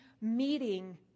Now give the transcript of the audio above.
meeting